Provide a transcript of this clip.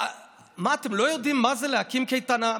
מה, אתם לא יודעים מה זה להקים קייטנה?